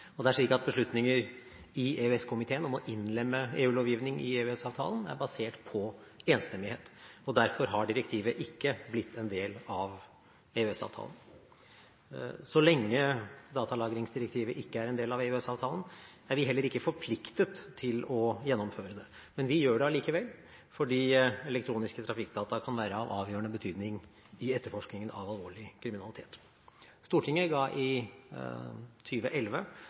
Det er slik at beslutninger i EØS-komiteen om å innlemme EU-lovgivning i EØS-avtalen er basert på enstemmighet. Derfor har direktivet ikke blitt en del av EØS-avtalen. Så lenge datalagringsdirektivet ikke er en del av EØS-avtalen, er vi heller ikke forpliktet til å gjennomføre det. Men vi gjør det allikevel fordi elektroniske trafikkdata kan være av avgjørende betydning i etterforskningen av alvorlig kriminalitet. Stortinget ga i